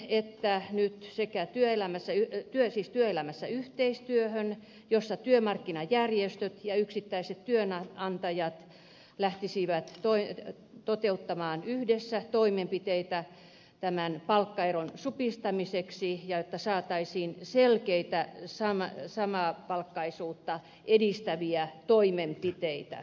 että hyks sekä työelämässä jäi siis työelämässä yhteistyöhön jossa työmarkkinajärjestöt ja yksittäiset työnantajat lähtisivät toteuttamaan yhdessä toimenpiteitä tämän palkkaeron supistamiseksi jotta saataisiin selkeitä samapalkkaisuutta edistäviä toimenpiteitä